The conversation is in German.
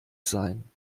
sein